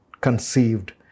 conceived